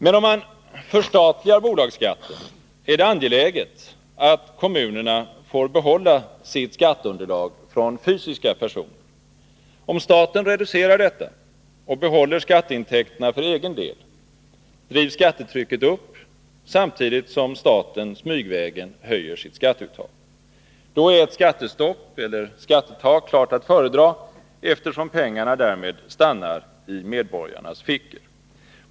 Men om man förstatligar bolagsskatten, är det angeläget att kommunerna får behålla sitt skatteunderlag från fysiska personer. Om staten reducerar detta och behåller skatteintäkterna för egen del, drivs skattetrycket upp samtidigt som staten smygvägen höjer sitt skatteuttag. Då är ett skattestöpp eller skattetak klart att föredra, eftersom pengarna därmed stannar i medborgarnas fickor.